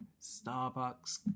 Starbucks